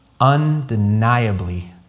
undeniably